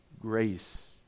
grace